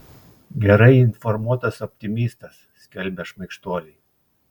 gerai informuotas optimistas skelbia šmaikštuoliai